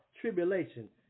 tribulation